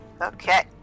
Okay